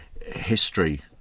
history